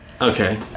Okay